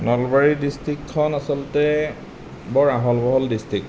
নলবাৰী ডিষ্ট্ৰিকখন আচলতে বৰ আহল বহল ডিষ্ট্ৰিক